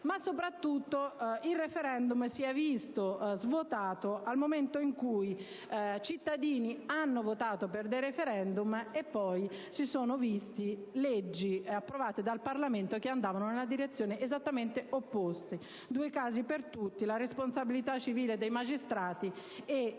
Ma soprattutto, il *referendum* si è visto svuotato nel momento in cui cittadini hanno votato per dei *referendum* e poi si sono viste leggi, approvate dal Parlamento, che andavano nella direzione esattamente opposta. Due casi per tutti: la responsabilità civile dei magistrati e il